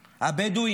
הבדואים,